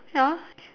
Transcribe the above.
ya